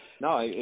No